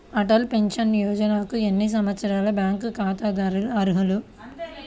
Atal pension యోజనకు ఎన్ని సంవత్సరాల బ్యాంక్ ఖాతాదారులు అర్హులు?